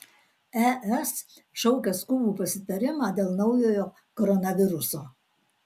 es šaukia skubų pasitarimą dėl naujojo koronaviruso